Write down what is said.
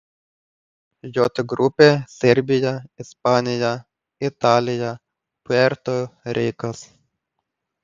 j grupė serbija ispanija italija puerto rikas